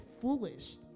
foolish